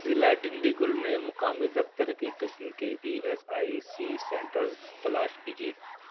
ضلع ڈنڈیگل میں مقامی دفتر کی قسم کے E S I C centres تلاش کیجیے